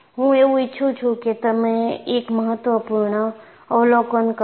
હું એવું ઇચ્છું છું કે તમે એક મહત્વપૂર્ણ અવલોકન કરો